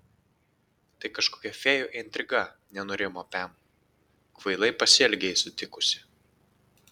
tai kažkokia fėjų intriga nenurimo pem kvailai pasielgei sutikusi